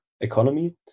economy